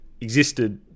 existed